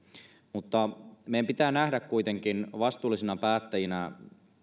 mutta meidän pitää nähdä kuitenkin vastuullisina päättäjinä